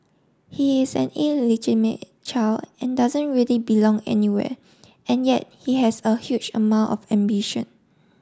he is an illegimate child and doesn't really belong anywhere and yet he has a huge amount of ambition